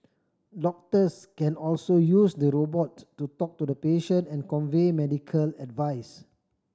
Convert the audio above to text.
doctors can also use the robot to to talk to the patient and convey medical advice